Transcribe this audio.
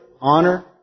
honor